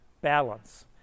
balance